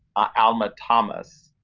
alma thomas.